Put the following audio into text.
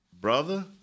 Brother